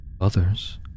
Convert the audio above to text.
Others